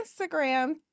Instagram